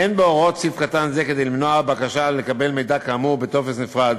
אין בהוראת סעיף קטן זה כדי למנוע בקשה לקבל מידע כאמור בטופס נפרד,